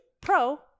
pro